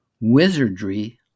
Wizardry